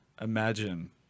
imagine